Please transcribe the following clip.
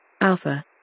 alpha